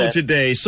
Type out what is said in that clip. today